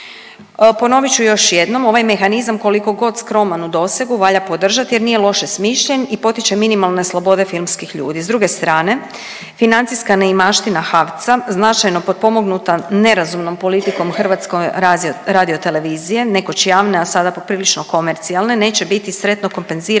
Ponovit ću još jednom, ovaj mehanizam kolikogod skroman u dosegu valja podržati jer nije loše smišljen i potiče minimalne slobode filmskih ljudi. S druge strane financijska neimaština HAVC-a značajno potpomognuta nerazumnom politikom HRT-a, nekoć javne, a sada poprilično komercijalne neće biti sretno kompenzirana